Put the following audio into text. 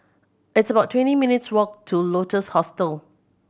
it's about twenty minutes' walk to Lotus Hostel